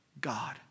God